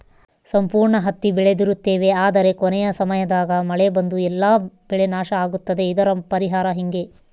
ಸಂಪೂರ್ಣ ಹತ್ತಿ ಬೆಳೆದಿರುತ್ತೇವೆ ಆದರೆ ಕೊನೆಯ ಸಮಯದಾಗ ಮಳೆ ಬಂದು ಎಲ್ಲಾ ಬೆಳೆ ನಾಶ ಆಗುತ್ತದೆ ಇದರ ಪರಿಹಾರ ಹೆಂಗೆ?